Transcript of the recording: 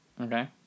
Okay